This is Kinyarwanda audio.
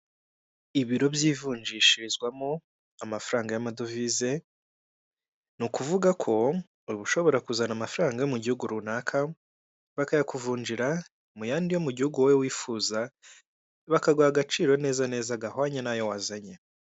Ibiro by'ivunjishirizwamo amafaranga y'amadovize, ni ukuvuga ko uba ushobora kuzana amafaranga yo mu gihugu runaka bakayakuvunjira mu y'andi yo mu gihugu wowe wifuza, bakaguha agaciro neza neza gahwanye n'ayo wazanye.